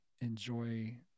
enjoy